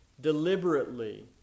deliberately